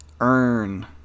earn